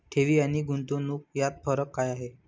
ठेवी आणि गुंतवणूक यात फरक काय आहे?